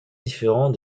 différents